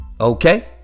Okay